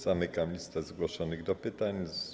Zamykam listę zgłoszonych do pytań.